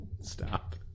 Stop